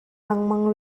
lengmang